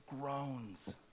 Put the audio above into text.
groans